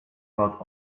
bought